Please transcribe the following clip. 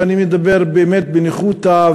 ואני מדבר באמת בניחותא,